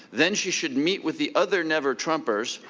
then she should meet with the other never-trumpers,